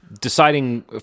deciding